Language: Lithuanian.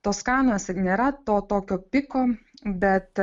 toskanose nėra to tokio piko bet